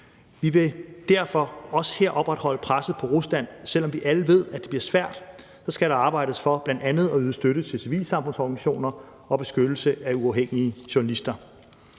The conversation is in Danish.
Vi vil derfor også her opretholde presset på Rusland, og selv om vi alle ved, at det bliver svært, skal der arbejdes for bl.a. at yde støtte til civilsamfundsorganisationer og beskyttelse af uafhængige journalister.